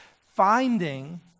finding